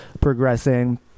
progressing